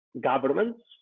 governments